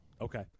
Okay